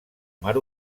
mar